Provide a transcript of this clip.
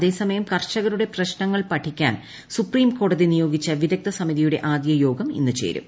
അതേസമയം കർഷകരുടെ പ്രശ്നങ്ങൾ പഠിക്കാൻ സുപ്രീംകോടതി നിയോഗിച്ച വിദഗ്ധസമിതിയുടെ ആദ്യ യോഗം ഇന്ന് ചേരും